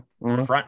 front